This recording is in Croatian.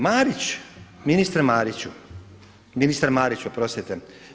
Marić, ministre Mariću, ministar Marić oprostite.